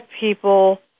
people